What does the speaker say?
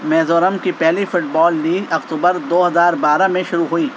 میزورم کی پہلی football league اکتوبر دو ہزار بارہ میں شروع ہوئی